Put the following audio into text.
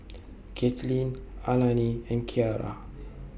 Katelynn Alani and Kiara